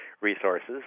resources